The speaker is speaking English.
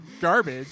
garbage